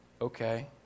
Okay